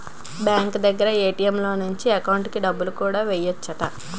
bank దగ్గర ATM లో నుంచి ఎకౌంటుకి డబ్బులు కూడా ఎయ్యెచ్చట